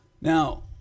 Now